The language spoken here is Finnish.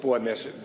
puhemies